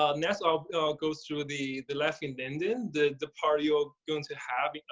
ah next i'll go through the the life in london, the the part you're going to have,